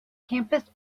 campus